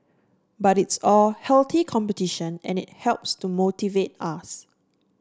but it's all healthy competition and it helps to motivate us